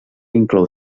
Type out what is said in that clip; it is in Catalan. inclou